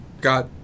got